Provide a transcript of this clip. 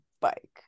bike